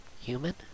human